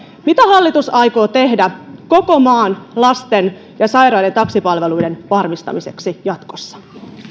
mitä hallitus aikoo tehdä koko maan lasten ja sairaiden taksipalveluiden varmistamiseksi jatkossa